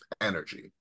energy